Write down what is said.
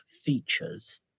features